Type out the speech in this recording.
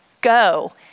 go